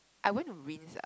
I won't rinse lah